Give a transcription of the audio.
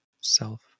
self